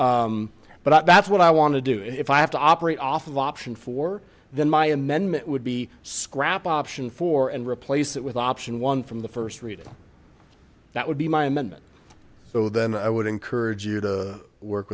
two but that's what i want to do if i have to operate off of option for then my amendment would be scrapped option four and replace it with option one from the first reading that would be my amendment so then i would encourage you to work